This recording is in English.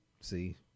see